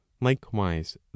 likewise